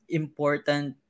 important